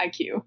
IQ